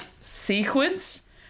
sequence